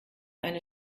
eine